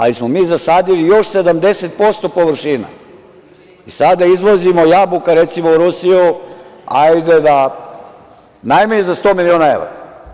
Ali smo mi zasadili još 70% površina, sada izvozimo jabuka, recimo, u Rusiju najmanje za 100 miliona evra.